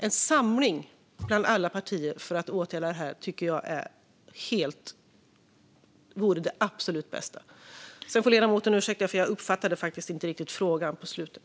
En samling med alla partier för att åtgärda det här vore det absolut bästa. Ledamoten får ursäkta - jag uppfattade faktiskt inte riktigt den fråga som kom på slutet.